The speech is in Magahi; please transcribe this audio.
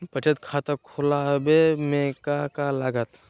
बचत खाता खुला बे में का का लागत?